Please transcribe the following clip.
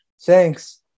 thanks